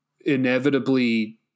inevitably